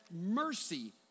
mercy